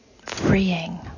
freeing